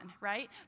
right